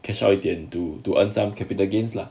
cash out 一点 to to earn some capital gains lah